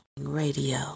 radio